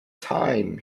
time